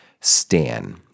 stan